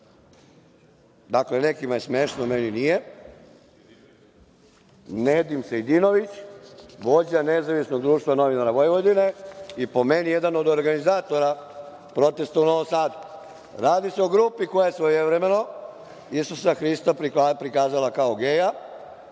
Dakle, nekima je smešno, ali meni nije. Nedim Sejdinović, vođa Nezavisnog društva novinara Vojvodine i po meni jedan od organizatora protesta u Novom Sadu. Radi se o grupi koja je svojevremeno Isusa Hrista prikazala kao geja.